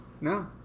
No